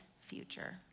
future